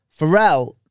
Pharrell